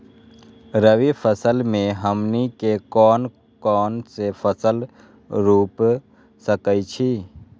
रबी फसल में हमनी के कौन कौन से फसल रूप सकैछि?